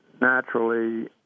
naturally